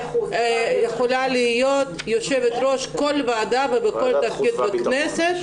יכולה להיות יושבת ראש כל ועדה ובכל תפקיד בכנסת.